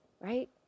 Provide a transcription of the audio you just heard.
right